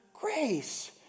grace